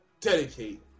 dedicate